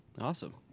awesome